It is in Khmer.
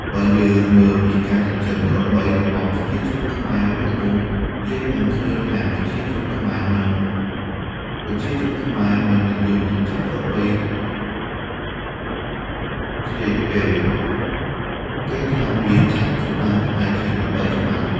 បើយើងមើលពីការចិញ្ចឹមក្របីរបស់ប្រជាជនខ្មែរវិញនោះ យើងនឹងឃើញថា ប្រជាជនខ្មែរមិននិយមចិញ្ចឹមក្របីឃ្លៀចទេ គេថាវាចាញ់កម្ដៅថ្ងៃជាងក្របីខ្មៅ។